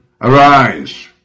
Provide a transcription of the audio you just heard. arise